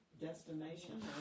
destination